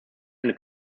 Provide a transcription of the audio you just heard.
eine